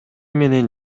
менен